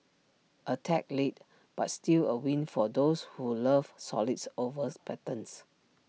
A tad late but still A win for those who love solids overs patterns